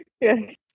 Yes